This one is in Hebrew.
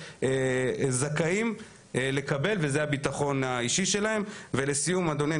זכאים לקבל וזה הביטחון האישי שלהם ולסיום אדוני,